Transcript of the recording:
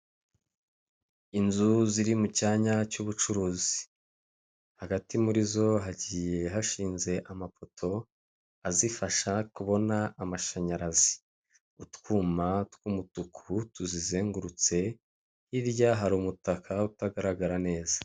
Inzu ziri mu cyanya cy'ubucuruzi hagati muri zo hagiye hashinze amapoto azifasha kubona amashanyarazi. Utwuma tw'umutuku tuzizengurutse hirya hari umutaka utagaragara neza.